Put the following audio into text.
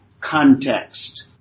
context